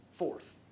Fourth